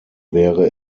wäre